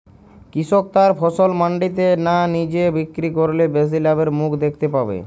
কৃষক তার ফসল মান্ডিতে না নিজে বিক্রি করলে বেশি লাভের মুখ দেখতে পাবে?